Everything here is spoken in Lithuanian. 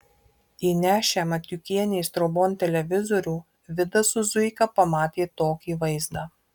įnešę matiukienės trobon televizorių vidas su zuika pamatė tokį vaizdą